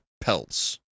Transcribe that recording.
pelts